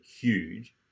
huge